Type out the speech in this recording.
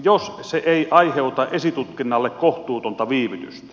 jos se ei aiheuta esitutkinnalle kohtuutonta viivytystä